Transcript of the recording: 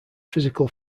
physical